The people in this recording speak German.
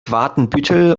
watenbüttel